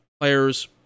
players